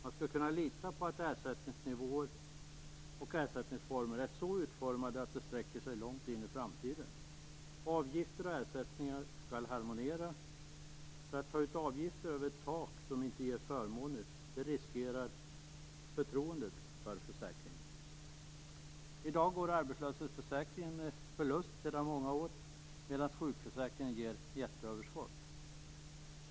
Man skall kunna lita på att ersättningsnivåer och ersättningsformer är så utformade att de sträcker sig långt in i framtiden. Avgifter och ersättningar skall harmoniera. Att ta ut avgifter över ett tak som inte ger förmåner riskerar förtroendet för försäkringen. I dag går arbetslöshetsförsäkringen med förlust sedan många år, medan sjukförsäkringen ger jätteöverskott.